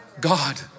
God